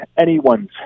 anyone's